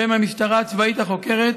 והם המשטרה הצבאית החוקרת,